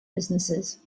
businesses